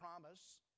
promise